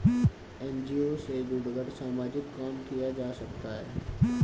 NGO से जुड़कर सामाजिक काम किया जा सकता है